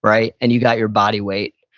right? and you got your body weight.